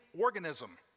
organism